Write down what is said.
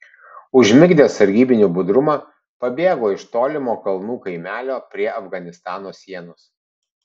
užmigdęs sargybinių budrumą pabėgo iš tolimo kalnų kaimelio prie afganistano sienos